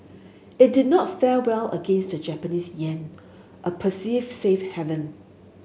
it did not fare well against the Japanese yen a perceived safe haven